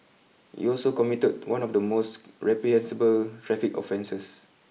you also committed one of the most reprehensible traffic offences